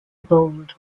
bold